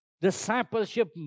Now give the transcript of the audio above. discipleship